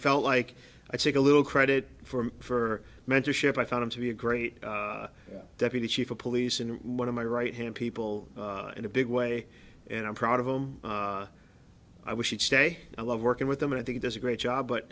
felt like i said a little credit for mentorship i found him to be a great deputy chief of police in one of my right hand people in a big way and i'm proud of them i wish each day i love working with them and i think there's a great job but